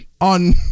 on